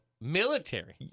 Military